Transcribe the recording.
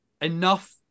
enough